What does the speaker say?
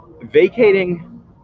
vacating